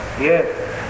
Yes